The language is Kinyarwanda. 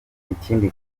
ikindi